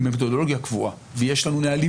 היא מתודולוגיה קבועה ויש לנו נהלים